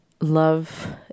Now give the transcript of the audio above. Love